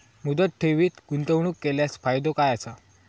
मुदत ठेवीत गुंतवणूक केल्यास फायदो काय आसा?